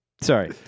sorry